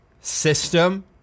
system